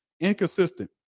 Inconsistent